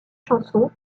chansons